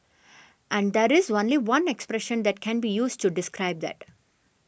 and there's only one expression that can be used to describe that